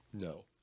No